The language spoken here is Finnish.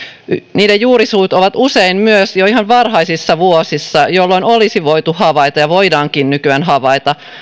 niiden juurisyyt ovat usein myös jo ihan varhaisissa vuosissa jolloin olisi voitu havaita ja voidaankin nykyään havaita